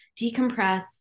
decompress